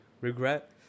regret